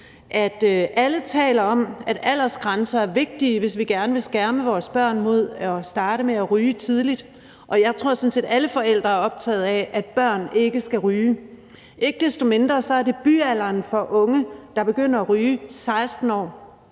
alle taler om, at aldersgrænser er vigtige, hvis vi gerne vil skærme vores børn mod at starte med at ryge tidligt – jeg tror sådan set, at alle forældre er optaget af, at børn ikke skal ryge – men ikke desto mindre er debutalderen for unge, der begynder at ryge, 16 år.